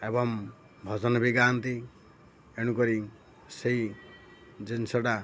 ଏବଂ ଭଜନ ବି ଗାଆନ୍ତି ଏଣୁକରି ସେଇ ଜିନିଷଟା